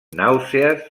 nàusees